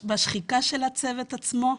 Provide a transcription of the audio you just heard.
בשחיקה של הצוות עצמו,